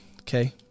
okay